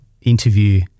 interview